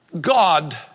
God